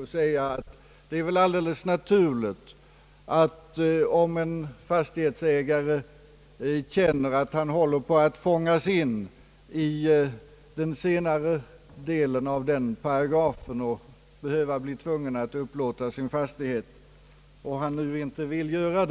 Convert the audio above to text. Det är väl alldeles naturligt, att om en fastighetsägare känner att han håller på att fångas in i den senare delen av paragrafen och blir tvungen att upplåta sin fastighet och inte vill göra